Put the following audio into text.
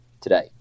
today